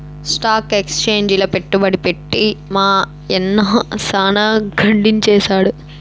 stock ఎక్సేంజిల పెట్టుబడి పెట్టి మా యన్న సాన గడించేసాడు